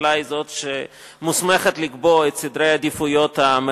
הממשלה היא זאת שמוסמכת לקבוע את סדרי העדיפויות המרכזיים.